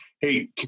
hey